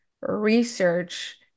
research